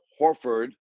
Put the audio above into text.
Horford